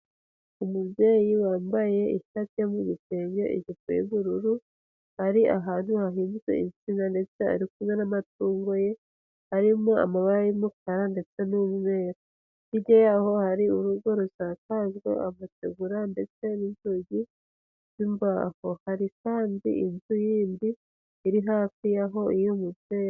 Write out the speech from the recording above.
Umubyeyi wambaye ishati yo mu gitenge ijipo y'ubururu, ari ahantu hahinze insina ndetse ari kumwe n'amatungo ye, arimo amabara y'umukara ndetse n'umweru, hirya y'aho hari urugo rusakajwe amategura ndetse n'inzugi z'imbaho, hari kandi inzu yindi iri hafi y'aho iy'uwo mubyeyi.